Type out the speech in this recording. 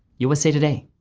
usa today.